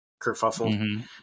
kerfuffle